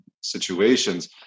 situations